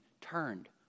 turned